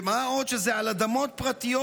ומה עוד שזה על אדמות פרטיות,